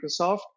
Microsoft